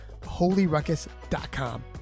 holyruckus.com